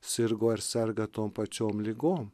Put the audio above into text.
sirgo ir serga tom pačiom ligom